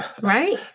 right